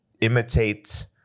imitate